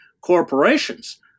corporations